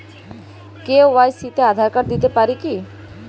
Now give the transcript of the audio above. KYC তে Aadhaar card দিতে পারি কি?